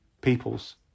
peoples